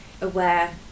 aware